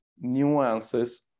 nuances